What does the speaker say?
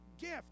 gift